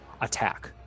attack